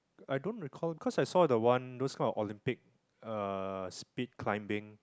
I don't recall cause I saw the one those kind of Olympic uh speed climbing